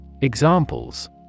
Examples